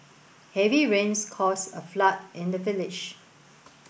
heavy rains caused a flood in the village